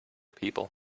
people